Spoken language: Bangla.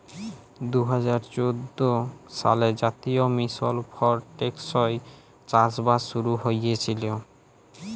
দু হাজার চোদ্দ সালে জাতীয় মিশল ফর টেকসই চাষবাস শুরু হঁইয়েছিল